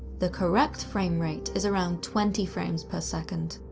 the correct frame rate is around twenty frames per second.